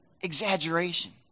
Exaggeration